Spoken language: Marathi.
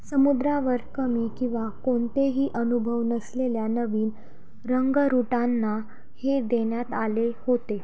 समुद्रावर कमी किंवा कोणतेही अनुभव नसलेल्या नवीन रंगरुटांना हे देण्यात आले होते